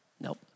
Nope